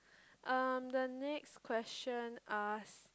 um the next question ask